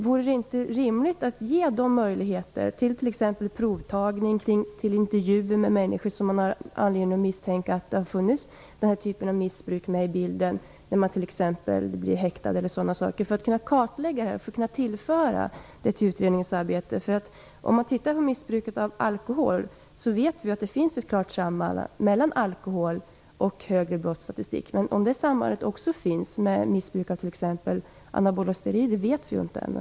Vore det inte rimligt att ge möjligheter till exempelvis provtagning och intervjuer med människor hos vilka man kan ha anledning att misstänka att denna typ av missbruk är med i bilden - t.ex. i samband med häktning - för att kartlägga missbrukets förekomst? Uppgifter härifrån kunde sedan tillföras till utredningsarbetet. Vad gäller alkoholmissbruket vet vi att det finns ett klart samband mellan alkohol och förhöjd brottsfrekvens, men om det finns ett sådant samband också när det gäller missbruk av t.ex. anabola steroider vet vi inte ännu.